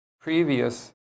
previous